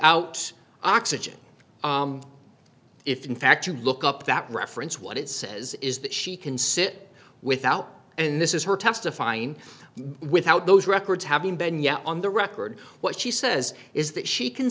without oxygen if in fact you look up that reference what it says is that she can sit without and this is her testifying without those records having been yet on the record what she says is that she can